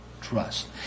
trust